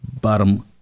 bottom